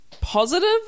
positive